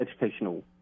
educational